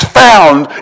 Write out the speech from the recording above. found